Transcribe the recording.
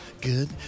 Good